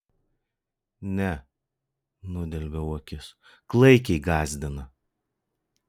ne nudelbiau akis klaikiai gąsdina